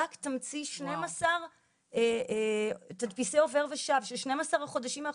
רק תמציאי תדפיסי עובר ושב של שניים עשר החודשים האחרונים,